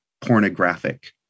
pornographic